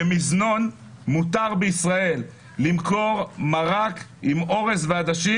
במזנון מותר בישראל למכור מרק עם אורז ועדשים,